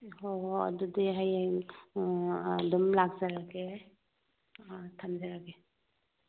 ꯍꯣ ꯍꯣ ꯑꯗꯨꯗꯤ ꯍꯌꯦꯡ ꯑꯗꯨꯝ ꯂꯥꯛꯆꯔꯒꯦ ꯑꯥ ꯊꯝꯖꯔꯒꯦ